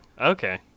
Okay